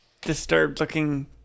disturbed-looking